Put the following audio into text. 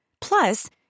Plus